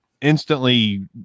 instantly